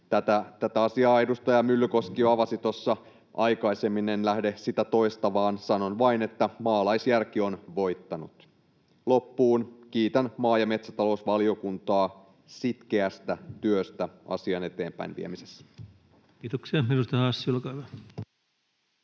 Tätä asiaa edustaja Myllykoski jo avasi tuossa aikaisemmin, en lähde sitä toistamaan. Sanon vain, että maalaisjärki on voittanut. Loppuun kiitän maa‑ ja metsätalousvaliokuntaa sitkeästä työstä asian eteenpäinviemisessä. [Speech